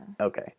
okay